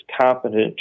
competent